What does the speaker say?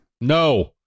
No